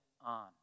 on